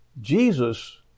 Jesus